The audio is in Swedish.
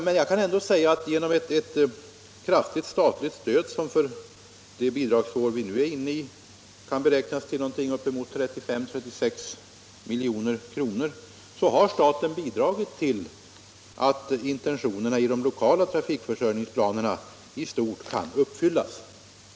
Men jag kan ändå säga att genom ett kraftigt statligt stöd, som för det budgetår vi nu är inne i uppgår till 35 å 36 milj.kr., har staten bidragit till att intentionerna i de lokala trafikförsörjningsplanerna i stort kan uppfyllas.